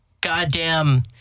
goddamn